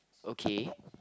okay